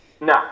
No